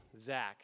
Zach